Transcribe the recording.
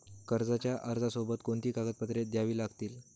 कर्जाच्या अर्जासोबत कोणती कागदपत्रे द्यावी लागतील?